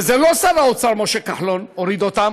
וזה לא שר האוצר משה כחלון הוריד אותם,